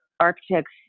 architects